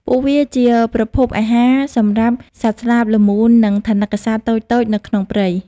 ពួកវាជាប្រភពអាហារសម្រាប់សត្វស្លាប ល្មូន និងថនិកសត្វតូចៗនៅក្នុងព្រៃ។